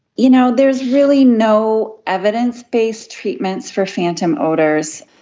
you know, there is really no evidence-based treatments for phantom odours.